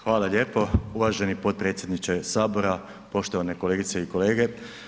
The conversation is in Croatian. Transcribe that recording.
Hvala lijepo uvaženi potpredsjedniče Sabora, poštovane kolegice i kolege.